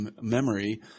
memory –